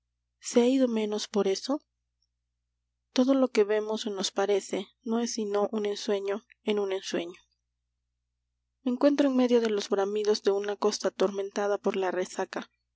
se ha ido menos por eso todo lo que vemos o nos parece no es sino un ensueño en un ensueño me encuentro en medio de los bramidos de una costa atormentada por la resaca